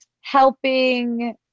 helping